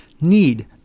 need